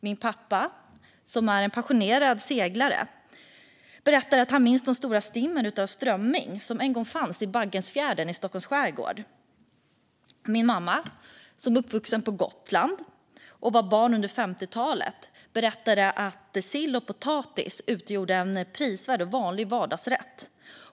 Min pappa, en passionerad seglare, berättar att han minns de stora stimmen av strömming som en gång fanns i Baggensfjärden i Stockholms skärgård. Min mamma, uppvuxen på Gotland under 50-talet, berättar att sill och potatis utgjorde en prisvärd och vanlig vardagsrätt.